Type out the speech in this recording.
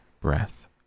breath